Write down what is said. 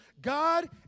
God